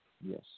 Yes